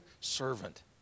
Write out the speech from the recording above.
servant